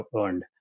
earned